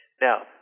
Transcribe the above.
Now